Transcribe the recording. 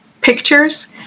pictures